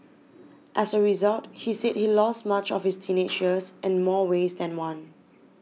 as a result he say he lost much of his teenages in more ways than one